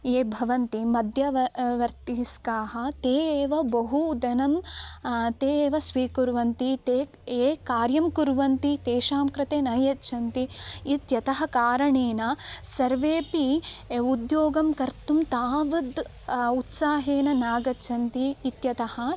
ये भवन्ति मध्य वर्तिस्काः ते एव बहु द धनं ते एव स्वीकुर्वन्ति ते ए कार्यं कुर्वन्ति तेषां कृते न यच्छन्ति इत्यतः कारणेन सर्वेपि उद्योगं कर्तुं तावद् उत्साहेन नागच्छन्ति इत्यतः